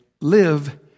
live